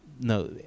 no